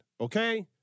okay